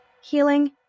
Healing